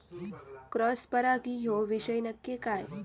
Cross परागी ह्यो विषय नक्की काय?